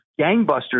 gangbusters